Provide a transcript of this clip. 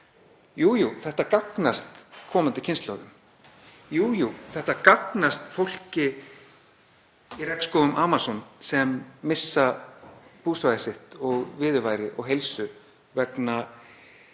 Jú, jú, þetta gagnast komandi kynslóðum. Jú, jú, þetta gagnast fólki í regnskógum Amazon sem missir búsvæði sitt og viðurværi og heilsu vegna